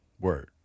Word